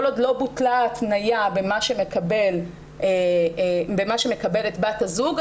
כל עוד לא בוטלה ההתניה במה שמקבלת בת הזוג,